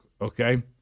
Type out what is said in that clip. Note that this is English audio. Okay